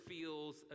feels